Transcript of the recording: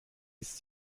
ist